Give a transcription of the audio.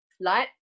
light